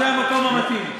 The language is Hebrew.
זה המקום המתאים.